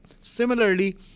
Similarly